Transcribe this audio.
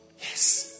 yes